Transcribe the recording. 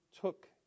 took